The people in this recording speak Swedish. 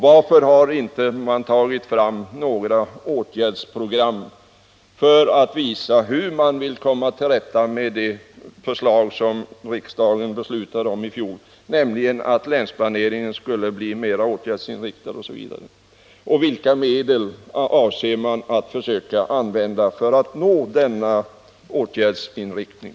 Varför har man inte tagit fram några åtgärdsprogram för att visa hur man vill verkställa de förslag riksdagen beslutade om i fjol, nämligen att länsplaneringen skulle bli mer åtgärdsinriktad? Vilka medel avser man att försöka använda för att nå denna åtgärdsinriktning?